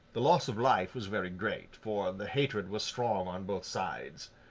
the loss of life was very great, for the hatred was strong on both sides.